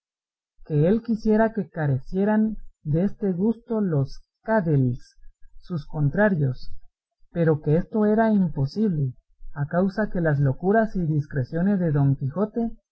él quisiera que carecieran deste gusto los cadells sus contrarios pero que esto era imposible a causa que las locuras y discreciones de don quijote